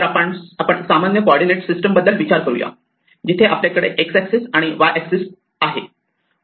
तर आपण सामान्य कॉर्डीनेट सिस्टीम बद्दल विचार करूया जिथे आपल्याकडे X एक्सिस आणि Y एक्सिस आहे